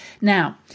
Now